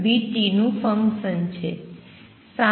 તો આ x vt નું ફંક્શન છે